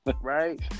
Right